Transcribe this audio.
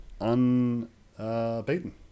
Unbeaten